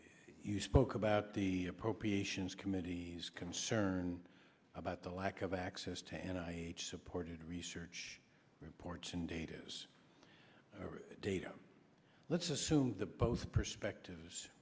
you spoke about the appropriations committees concerned about the lack of access to an i supported research reports and data's data let's assume the both perspectives